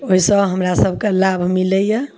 ओयसँ हमरा सबके लाभ मिलय यऽ